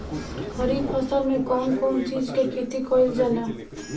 खरीफ फसल मे कउन कउन चीज के खेती कईल जाला?